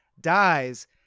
dies